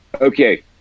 Okay